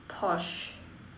Porsche